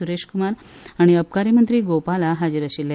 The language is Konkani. सुरेश कुमार आनी अबकारी मंत्री गोपाला हाजिर आशिल्ले